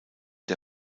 der